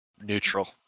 Neutral